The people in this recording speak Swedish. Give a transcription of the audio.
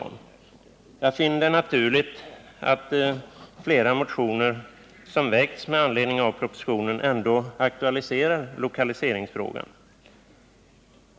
Men jag finner det naturligt att de motioner som väckts med anledning av propositionen ändock aktualiserar lokaliseringsfrågan.